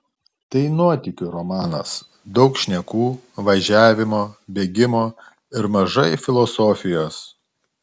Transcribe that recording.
tai nuotykių romanas daug šnekų važiavimo bėgimo ir mažai filosofijos